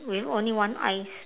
with only one eyes